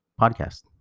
podcast